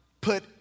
put